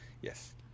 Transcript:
Yes